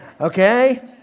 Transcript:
okay